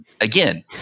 again